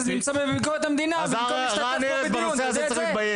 צריך לפתוח